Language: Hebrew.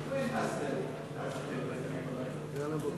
אדוני היושב-ראש, חברי כנסת